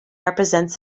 represents